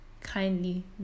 kindly